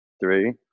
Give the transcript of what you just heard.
Three